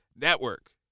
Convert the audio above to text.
network